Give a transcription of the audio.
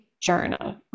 journal